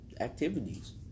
activities